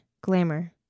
glamour